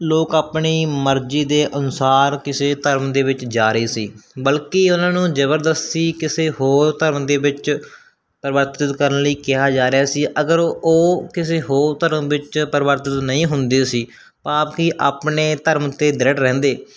ਲੋਕ ਆਪਣੀ ਮਰਜ਼ੀ ਦੇ ਅਨੁਸਾਰ ਕਿਸੇ ਧਰਮ ਦੇ ਵਿੱਚ ਜਾ ਰਹੇ ਸੀ ਬਲਕਿ ਉਹਨਾਂ ਨੂੰ ਜ਼ਬਰਦਸਤੀ ਕਿਸੇ ਹੋਰ ਧਰਮ ਦੇ ਵਿੱਚ ਪ੍ਰਵਰਤਿਤ ਕਰਨ ਲਈ ਕਿਹਾ ਜਾ ਰਿਹਾ ਸੀ ਅਗਰ ਉਹ ਕਿਸੇ ਹੋਰ ਧਰਮ ਵਿੱਚ ਪ੍ਰਵਰਤਿਤ ਨਹੀਂ ਹੁੰਦੇ ਸੀ ਆਪ ਹੀ ਆਪਣੇ ਧਰਮ 'ਤੇ ਦ੍ਰਿੜ ਰਹਿੰਦੇ